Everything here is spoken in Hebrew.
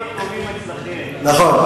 נכון.